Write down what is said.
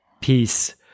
peace